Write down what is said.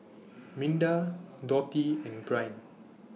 Minda Dotty and Bryn